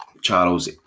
Charles